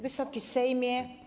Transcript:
Wysoki Sejmie!